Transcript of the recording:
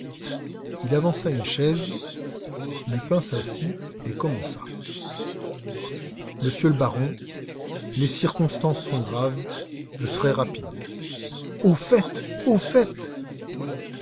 il avança une chaise lupin s'assit et commença monsieur le baron les circonstances sont graves je serai bref au fait au fait